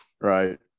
right